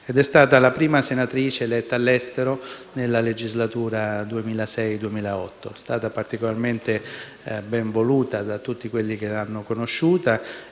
ed è stata la prima senatrice eletta all'estero nella legislatura 2006-2008. È stata particolarmente benvoluta da tutti quelli che l'hanno conosciuta